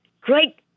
Great